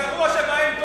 הגרוע שבהם,